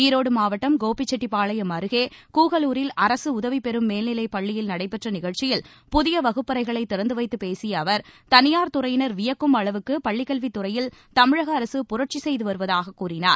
ஈரோடு மாவட்டம் கோபிசெட்டிப்பாளையம் அருகே கூகலூரில் அரசு உதவிபெறும் மேல்நிலைப் பள்ளியில் நடைபெற்ற நிகழ்ச்சியில் புதிய வகுப்பறைகளை திறந்து வைத்துப் பேசிய அவர் தனியார் துறையினர் வியக்கும் அளவுக்கு பள்ளிக் கல்வித் துறையில் தமிழக அரசு புரட்சி செய்து வருவதாக கூறினார்